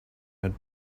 had